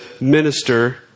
minister